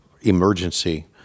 emergency